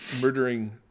murdering